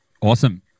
Awesome